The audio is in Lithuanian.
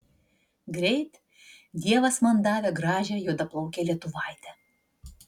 greit dievas man davė gražią juodaplaukę lietuvaitę